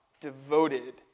devoted